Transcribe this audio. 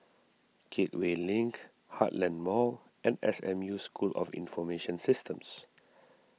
Gateway Link Heartland Mall and S M U School of Information Systems